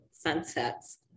sunsets